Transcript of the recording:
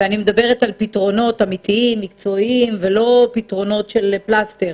ואני מדברת על פתרונות אמיתיים ומקצועיים ולא פתרונות של פלסתר,